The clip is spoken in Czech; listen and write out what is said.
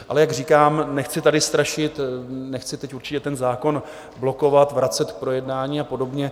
Ale jak říkám, nechci tady strašit, nechci teď určitě zákon blokovat, vracet k projednání a podobně.